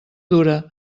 dura